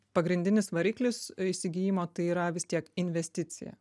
pagrindinis variklis įsigijimo tai yra vis tiek investicija